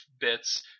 bits